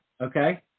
Okay